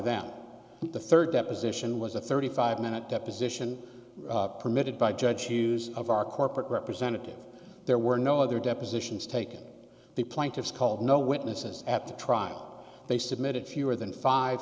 them the third deposition was a thirty five minute deposition permitted by judge choose of our corporate representatives there were no other depositions taken the plaintiffs called no witnesses at the trial they submitted fewer than five